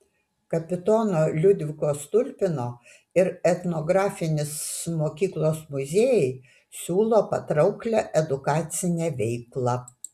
kapitono liudviko stulpino ir etnografinis mokyklos muziejai siūlo patrauklią edukacinę veiklą